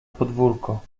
podwórko